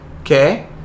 okay